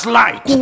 light